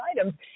items